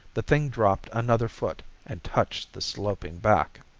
the thing dropped another foot and touched the sloping back.